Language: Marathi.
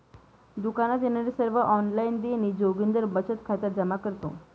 दुकानात येणारे सर्व ऑनलाइन देणी जोगिंदर बचत खात्यात जमा करतो